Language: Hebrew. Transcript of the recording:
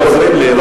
שאתם עוזרים לי,